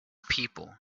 people